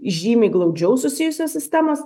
žymiai glaudžiau susijusios sistemos